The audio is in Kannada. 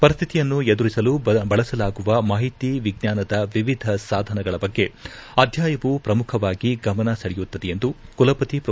ಪರಿಸ್ಥಿತಿಯನ್ನು ಎದುರಿಸಲು ಬಳಸಲಾಗುವ ಮಾಹಿತಿ ವಿಜ್ಞಾನದ ವಿವಿಧ ಸಾಧನಗಳ ಬಗ್ಗೆ ಅಧ್ಯಾಯವು ಪ್ರಮುಖವಾಗಿ ಗಮನ ಸೆಳೆಯುತ್ತದೆ ಎಂದು ಕುಲಪತಿ ಪ್ರೊ